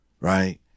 right